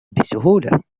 بسهولة